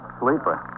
sleeper